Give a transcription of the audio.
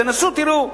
תנסו ותראו,